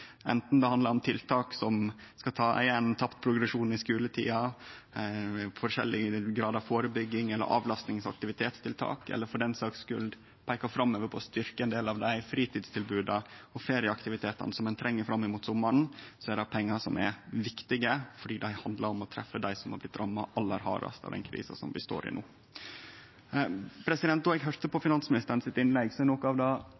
det handlar om tiltak som skal ta igjen tapt progresjon i skuletida, forskjellige grader av førebygging eller avlastings- og aktivitetstiltak – eller for den saks skuld peiker framover ved å styrkje ein del av dei fritidstilboda og ferieaktivitetane ein treng fram mot sommaren – så er dette pengar som er viktige, fordi dei handlar om å treffe dei som har blitt ramma aller hardast av krisa vi står i no. Då eg høyrde på